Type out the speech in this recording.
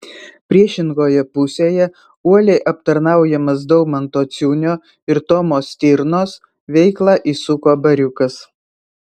priešingoje pusėje uoliai aptarnaujamas daumanto ciunio ir tomo stirnos veiklą įsuko bariukas